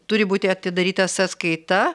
turi būti atidaryta sąskaita